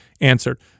answered